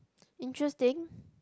interesting